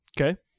okay